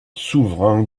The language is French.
souverain